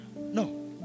No